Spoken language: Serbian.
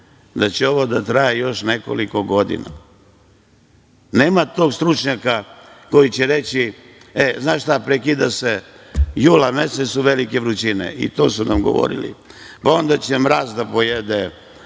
da će ovo da traje još nekoliko godina. Nema tog stručnjaka koji će reći – ej, znaš šta, prekida se jula meseca, velike su vrućine. I to su nam govorili, pa onda će mraz da pojede